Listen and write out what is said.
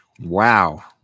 Wow